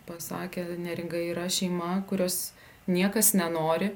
pasakė neringa yra šeima kurios niekas nenori